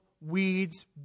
weeds